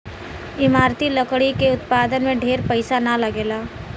इमारती लकड़ी के उत्पादन में ढेर पईसा ना लगेला